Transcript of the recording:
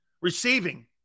Receiving